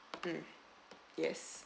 mm yes